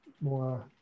more